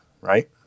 right